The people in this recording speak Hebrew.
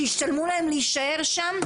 שישתלם להם להישאר שם,